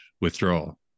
withdrawal